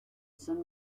saint